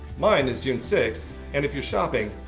mine is june six. and if you're shopping,